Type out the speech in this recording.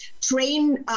train